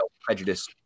prejudice